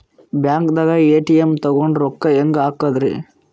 ಬ್ಯಾಂಕ್ದಾಗ ಎ.ಟಿ.ಎಂ ತಗೊಂಡ್ ರೊಕ್ಕ ಹೆಂಗ್ ಹಾಕದ್ರಿ?